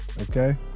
Okay